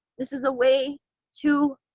this is a way to